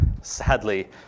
sadly